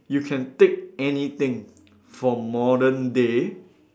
you can take anything from modern day